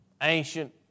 ancient